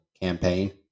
campaign